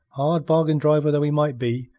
hard bargain-driver though he might be,